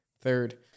Third